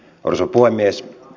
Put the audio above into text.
arvoisa puhemies